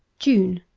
june